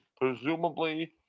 presumably